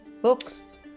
Books